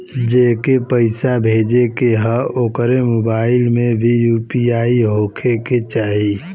जेके पैसा भेजे के ह ओकरे मोबाइल मे भी यू.पी.आई होखे के चाही?